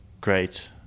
great